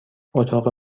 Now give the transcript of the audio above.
اتاق